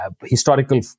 historical